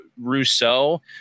Rousseau